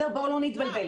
בואו לא נתבלבל.